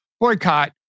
boycott